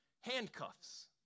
handcuffs